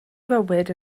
fywyd